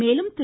மேலும் திரு